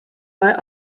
dei